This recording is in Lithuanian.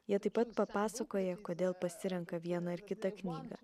jie taip pat papasakoja kodėl pasirenka vieną ar kitą knygą